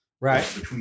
Right